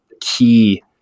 key